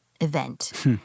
event